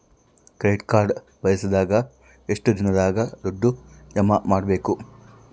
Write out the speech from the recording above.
Credit card ಬಳಸಿದ ಎಷ್ಟು ದಿನದಾಗ ದುಡ್ಡು ಜಮಾ ಮಾಡ್ಬೇಕು?